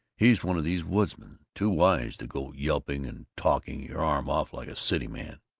he's one of these woodsmen too wise to go yelping and talking your arm off like a cityman.